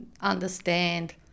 understand